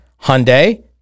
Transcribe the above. Hyundai